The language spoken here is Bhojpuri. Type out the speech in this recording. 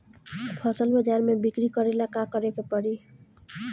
फसल बाजार मे बिक्री करेला का करेके परी?